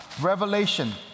Revelation